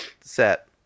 set